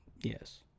Yes